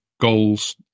goals